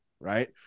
Right